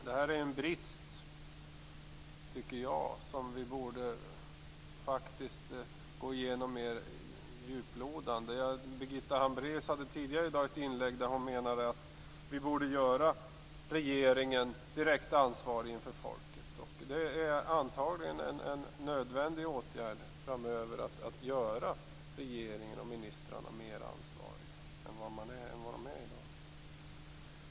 Detta tycker jag är en brist som vi borde gå igenom mer djuplodande. Birgitta Hambraeus gjorde tidigare i dag ett inlägg där hon menade att vi borde göra regeringen direkt ansvarig inför folket. Antagligen är det en nödvändig åtgärd framöver att göra regeringen och ministrarna mer ansvariga än de är i dag.